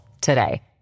today